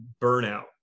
burnout